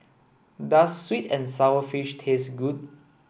does sweet and sour fish taste good